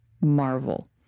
marvel